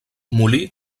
molí